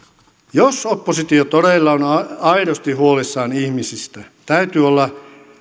jos oppositio todella on aidosti huolissaan ihmisistä täytyy olla